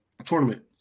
Tournament